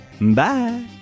bye